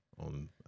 on